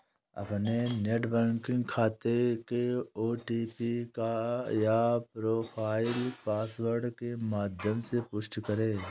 अपने net banking खाते के ओ.टी.पी या प्रोफाइल पासवर्ड के माध्यम से पुष्टि करें